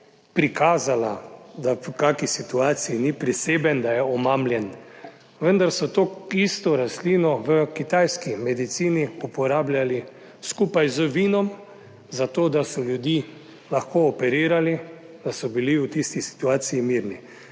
prikazala, da po kakšni situaciji ni priseben, da je omamljen. Vendar so to isto rastlina v kitajski medicini uporabljali skupaj z vinom zato, da so ljudi lahko operirali, da so bili v tisti situaciji mirni.